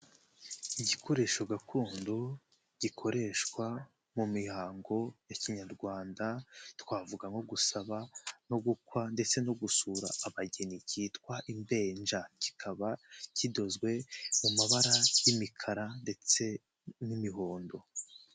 Igikoresho gakondo gikoreshwa mu mihango ya kinyarwanda twavuga nko gusaba no gukwa ndetse no gusura abageni cyitwa imbenja, kikaba kidozwe mu mabara y'imikara ndetse n'imihondo.